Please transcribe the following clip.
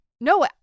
No